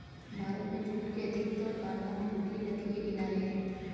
भारत में जूट के अधिकतर कारखाने हुगली नदी के किनारे हैं